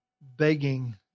begging